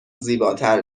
زیباتر